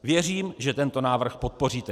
Věřím, že tento návrh podpoříte.